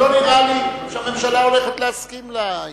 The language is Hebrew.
אבל לא נראה לי שהממשלה הולכת להסכים לעניין.